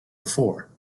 before